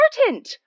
important